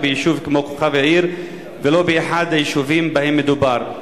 ביישוב כמו כוכב-יאיר ולא באחד היישובים שבהם מדובר?